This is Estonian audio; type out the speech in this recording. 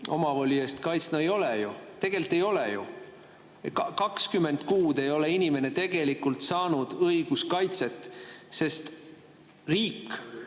omavoli eest kaitsta. No ei ole ju, tegelikult ei ole ju! 20 kuud ei ole inimene tegelikult saanud õiguskaitset, ei